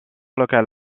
local